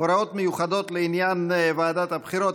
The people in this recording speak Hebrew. (הוראות מיוחדות לעניין ועדת הבחירות),